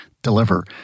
Deliver